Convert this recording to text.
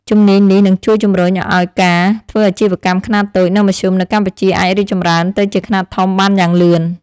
ជំនាញនេះនឹងជួយជំរុញឱ្យការធ្វើអាជីវកម្មខ្នាតតូច និងមធ្យមនៅកម្ពុជាអាចរីកចម្រើនទៅជាខ្នាតធំបានយ៉ាងលឿន។